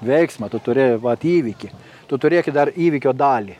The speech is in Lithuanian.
veiksmą tu turi vat įvykį tu turėki dar įvykio dalį